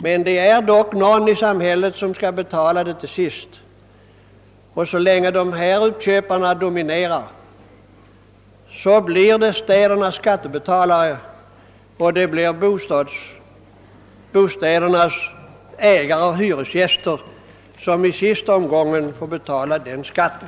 Men det är dock några i samhället som skall betala, och så länge de här nämnda uppköparna dominerar blir det städernas skattebetalare och bostädernas ägare och hyresgäster som i sista hand får betala den skatten.